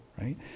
right